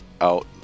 out